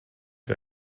him